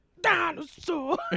Dinosaur